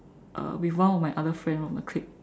uh with one of my other friend from the clique